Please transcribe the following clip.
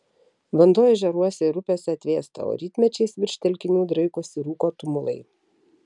vanduo ežeruose ir upėse atvėsta o rytmečiais virš telkinių draikosi rūko tumulai